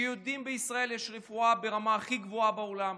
שיודעים שבישראל יש רפואה ברמה הכי גבוהה בעולם,